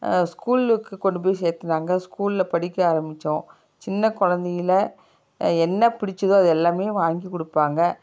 ஸ்கூலுக்கு கொண்டு போய் சேர்த்துனாங்க ஸ்கூலில் படிக்க ஆரம்பித்தோம் சின்ன கொழந்தையில என்ன பிடித்ததோ அது எல்லாமே வாங்கி கொடுப்பாங்க